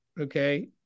Okay